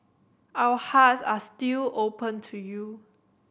our hearts are still open to you